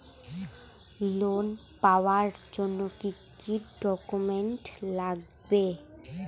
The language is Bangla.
লোন পাওয়ার জন্যে কি কি ডকুমেন্ট লাগবে?